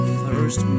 first